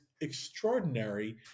extraordinary